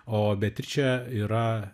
o beatričė yra